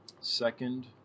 second